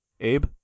Abe